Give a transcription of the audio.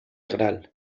gral